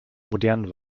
modern